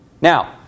Now